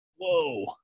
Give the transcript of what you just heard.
Whoa